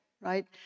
right